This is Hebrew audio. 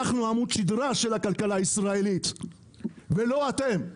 אנחנו עמוד השדרה של הכלכלה הישראלית ולא אתם.